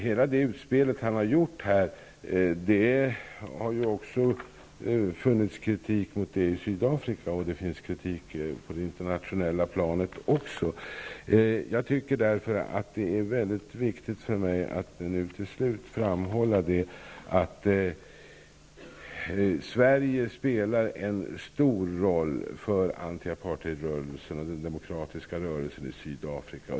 Hela hans utspel har ju kritiserats i Sydafrika, liksom också på det internationella planet. Därför tycker jag att det är mycket viktigt för mig att till slut framhålla att Sverige spelar en stor roll för antiapartheidrörelsen och den demokratiska rörelsen i Sydafrika.